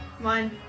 One